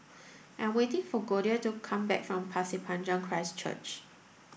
I am waiting for Goldia to come back from Pasir Panjang Christ Church